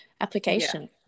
application